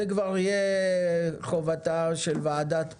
זו כבר תהיה חובתה של ועדת הפנים,